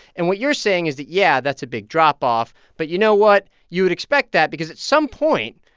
and what you're saying is that, yeah, that's a big drop off. but you know what? you would expect that because at some point,